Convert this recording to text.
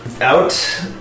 Out